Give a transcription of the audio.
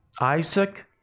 Isaac